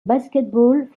basketball